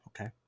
okay